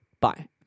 Bye